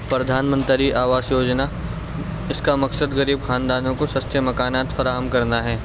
پردھان منتری آواس یوجنا اس کا مقصد غریب خاندانوں کو سستے مکانات فراہم کرنا ہے